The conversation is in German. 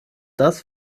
das